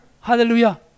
hallelujah